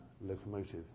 locomotive